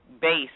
base